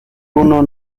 puno